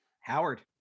Howard